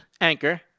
anchor